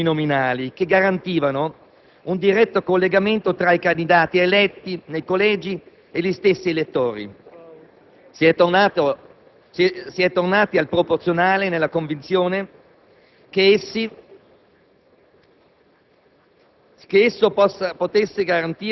Sono stati, infatti, aboliti i collegi uninominali che garantivano un diretto collegamento tra i candidati eletti nei collegi e gli stessi elettori. Si è tornati al proporzionale nella convinzione che esso